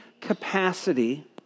capacity